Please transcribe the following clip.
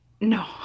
No